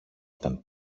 ήταν